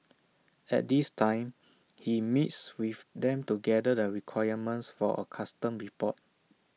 at this time he meets with them to gather the requirements for A custom report